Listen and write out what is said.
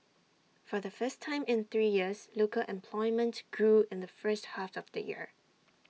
for the first time in three years local employment grew in the first half of the year